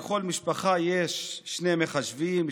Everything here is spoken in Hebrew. לכל משפחה יש שני מחשבים,